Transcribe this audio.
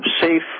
safe